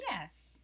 Yes